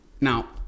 Now